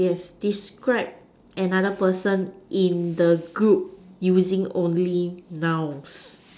yes describe another person in the group using only nouns